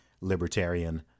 libertarian